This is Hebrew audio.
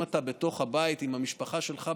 אם אתה בתוך הבית עם המשפחה שלך,